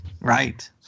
right